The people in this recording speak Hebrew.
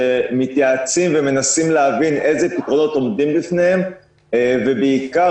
מתייעצים ומנסים להבין אילו פתרונות עומדים בפניהם ובעיקר